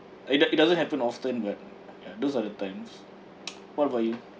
uh it it doesn't happen often but ya those are the times what about you